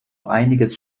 einiges